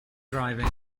driving